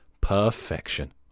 Perfection